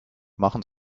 machen